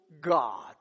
God